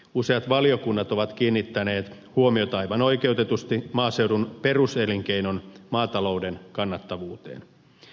useat valiokunnat ovat kiinnittäneet huomiota aivan oikeutetusti maaseudun peruselinkeinon maatalouden kannattavuuteen